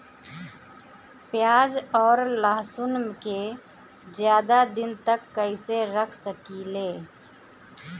प्याज और लहसुन के ज्यादा दिन तक कइसे रख सकिले?